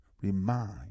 remind